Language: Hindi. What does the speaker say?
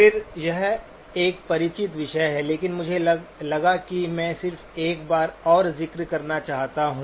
फिर यह एक परिचित विषय है लेकिन मुझे लगा कि मैं सिर्फ एक बार और जिक्र करना चाहता हूं